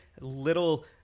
little